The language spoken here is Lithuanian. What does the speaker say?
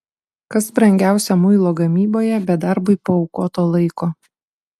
kas brangiausia muilo gamyboje be darbui paaukoto laiko